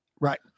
Right